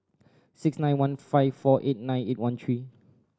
six nine one five four eight nine eight one three